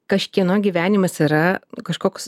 kažkieno gyvenimas yra kažkoks